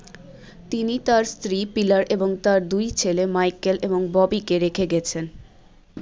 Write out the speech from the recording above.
তিনি তার স্ত্রী পিলার এবং তার দুই ছেলে মাইকেল এবং ববিকে রেখে গেছেন